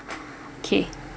okay